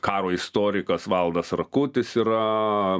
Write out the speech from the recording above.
karo istorikas valdas rakutis yra